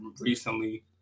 recently